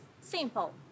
Simple